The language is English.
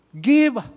Give